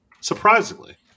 surprisingly